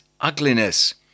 ugliness